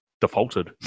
defaulted